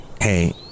hey